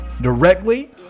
Directly